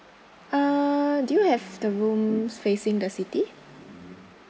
uh do you have the rooms facing the city